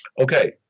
Okay